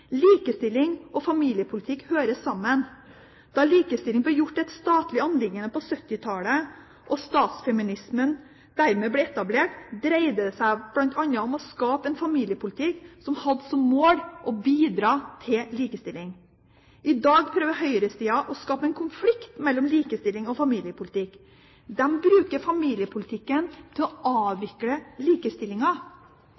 Likestilling og familiepolitikk hører sammen. Da likestilling ble gjort til et statlig anliggende på 1970-tallet og statsfeminismen dermed ble etablert, dreide det seg bl.a. om å skape en familiepolitikk som hadde som mål å bidra til likestilling. I dag prøver høyresiden å skape en konflikt mellom likestilling og familiepolitikk. De bruker familiepolitikken til å